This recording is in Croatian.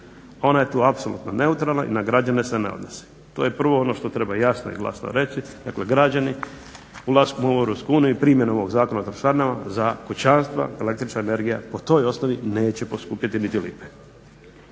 ona je tu apsolutno neutralna i na građane se ne odnosi. To je prvo ono što treba jasno i glasno reći. Dakle, građani ulaskom u EU i primjenom ovog Zakona o trošarinama za kućanstva, električna energija po toj osnovi neće poskupjeti niti lipe.